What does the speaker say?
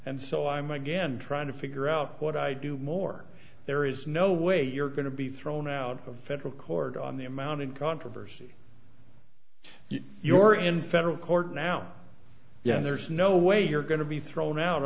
and so i might get and try to figure out what i do more there is no way you're going to be thrown out of federal court on the amount of controversy your in federal court now yeah there's no way you're going to be thrown out